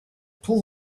pull